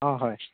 অঁ হয়